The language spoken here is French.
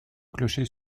clocher